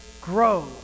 grow